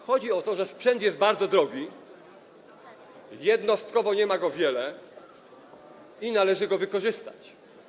Chodzi o to, że sprzęt jest bardzo drogi, jednostkowo nie ma go wiele i należy go wykorzystać.